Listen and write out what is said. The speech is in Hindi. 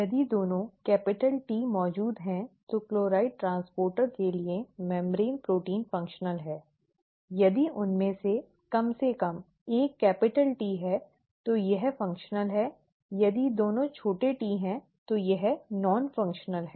यदि दोनों कैपिटल Ts मौजूद हैं तो क्लोराइड ट्रांसपोर्टर के लिए झिल्ली प्रोटीन कार्यात्मक है यदि उनमें से कम से कम एक कैपिटल T है तो यह कार्यात्मक है यदि दोनों छोटे हैं तो यह गैर कार्यात्मक है